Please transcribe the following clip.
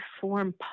form